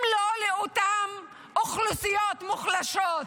אם לא לאותן אוכלוסיות מוחלשות,